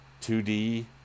2d